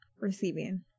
receiving